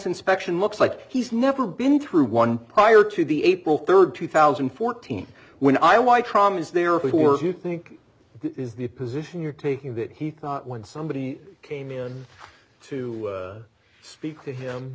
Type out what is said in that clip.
inspection looks like he's never been through one prior to the april third two thousand and fourteen when i why trama is there who are you think is the position you're taking that he thought when somebody came in to speak to